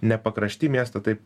ne pakrašty miesto taip